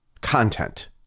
content